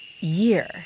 year